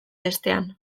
bestean